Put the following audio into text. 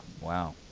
Wow